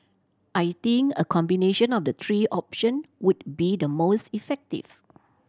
I think a combination of the three option would be the most effective